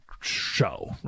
show